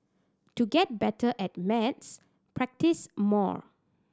to get better at maths practise more